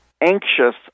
anxious